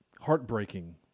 heartbreaking